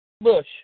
Bush